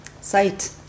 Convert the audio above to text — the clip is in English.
sight